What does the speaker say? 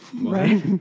Right